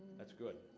that's good.